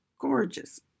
gorgeous